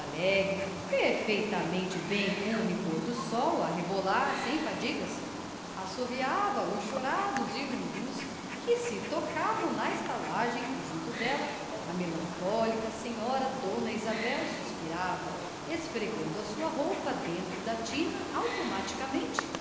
alegre perfeitamente bem com o rigor do sol a rebolar sem fadigas assoviava os chorados e lundus que se tocavam na estalagem e junto dela a melancólica senhora dona isabel suspirava esfregando a sua roupa dentro da tina automaticamente